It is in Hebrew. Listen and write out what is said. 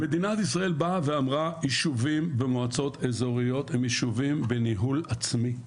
מדינת ישראל באה ואמרה יישובים במועצות אזוריות הם ישובים בניהול עצמי,